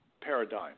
paradigm